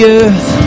earth